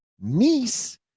niece